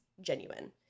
genuine